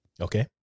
Okay